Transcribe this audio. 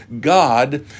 God